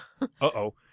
uh-oh